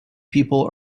people